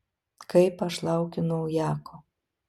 kaip aš laukiu naujako